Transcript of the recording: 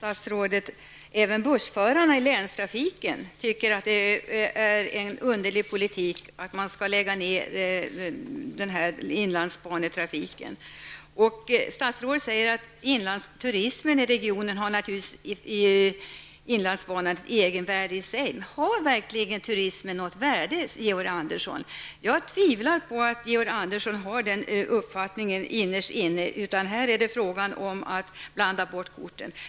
Herr talman! Även bussförarna i länstrafiken tycker att det är en underlig politik att man skall lägga ned inlandsbanetrafiken, statsrådet. Statsrådet säger att turismen längs inlandsbanan naturligtvis har ett värde i sig. Har turismen verkligen något värde, Georg Andersson? Jag tvivlar på att Georg Andersson innerst inne har den uppfattningen. Här är det fråga om att blanda bort korten.